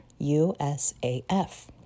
USAF